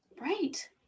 Right